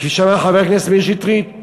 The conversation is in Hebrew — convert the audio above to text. כפי שאמר חבר הכנסת מאיר שטרית,